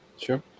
Sure